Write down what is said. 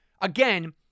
again